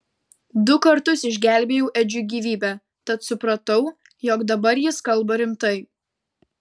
du kartus išgelbėjau edžiui gyvybę tad supratau jog dabar jis kalba rimtai